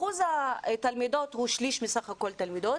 אחוז התלמידות הוא שליש מסך כל התלמידות,